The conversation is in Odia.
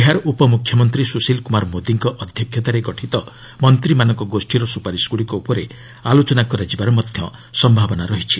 ବିହାର ଉପମୁଖ୍ୟମନ୍ତ୍ରୀ ସୁଶିଲ୍ କୁମାର ମୋଦିଙ୍କ ଅଧ୍ୟକ୍ଷତାରେ ଗଠିତ ମନ୍ତ୍ରୀମାନଙ୍କ ଗୋଷୀର ସୁପାରିସଗୁଡ଼ିକ ଉପରେ ଆଲୋଚନା ହେବାର ସମ୍ଭାବନା ଅଛି